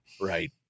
Right